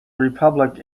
republic